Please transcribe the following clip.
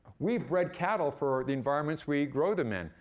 we bred cattle for the environments we grow them in.